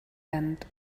end